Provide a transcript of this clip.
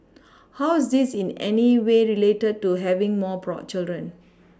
how's this in any way related to having more children